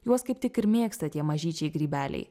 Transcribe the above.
juos kaip tik ir mėgsta tie mažyčiai grybeliai